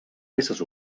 peces